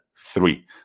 three